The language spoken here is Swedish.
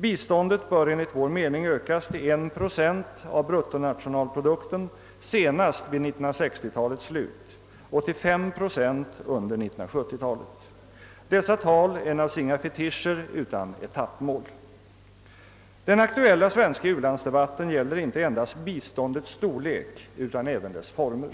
Biståndet bör enligt vår mening ökas till 1 procent av bruttonationalprodukten senast vid 1960-talets slut och till 5 procent under 1970 talet. Dessa tal är naturligtvis inga fetischer utan etappmål. Den aktuella svenska u-landsdebatten gäller inte endast biståndets storlek utan även dess former.